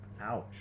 ouch